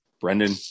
Brendan